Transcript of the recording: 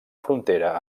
frontera